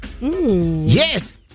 Yes